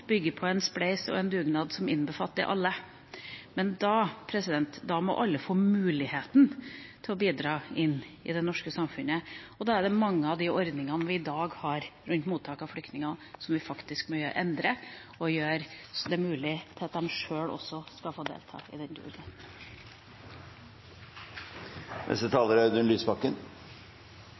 bygger på en spleis og en dugnad som innbefatter alle. Men da må alle få muligheten til å bidra inn i det norske samfunnet. Og da er det mange av de ordningene vi i dag har rundt mottak av flyktninger, som vi faktisk må endre, sånn at det er mulig for dem sjøl også å få delta i den dugnaden.